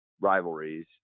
rivalries